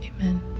amen